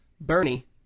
Bernie